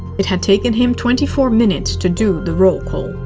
it had taken him twenty four minutes to do the roll-call.